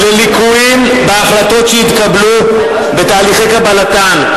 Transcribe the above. לליקויים בהחלטות שהתקבלו ולליקויים בתהליכי קבלתן.